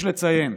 יש לציין,